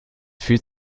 fühlt